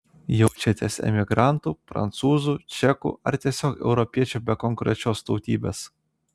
jaučiatės emigrantu prancūzu čeku ar tiesiog europiečiu be konkrečios tautybės